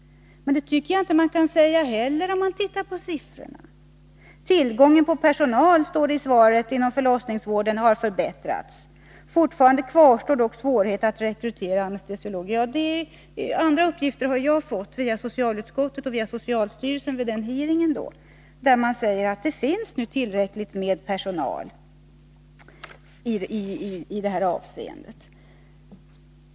Men det tycker jag inte heller man kan anföra — med utgångspunkt i de siffror som finns. ”Tillgången på personal inom förlossningsvården har förbättrats”, står det i svaret. ”Fortfarande kvarstår dock svårigheter att rekrytera anestesiologer.” — Jag har fått andra uppgifter via socialutskottet och via socialstyrelsen vid hearing i utskottet. Man säger att det nu finns tillräckligt med personal i det här avseendet.